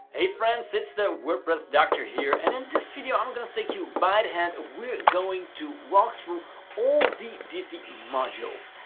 hey friends, its the wpress doctor here. and in this video, i'm going to take you by the hand. we are going to walk through all the divi modules.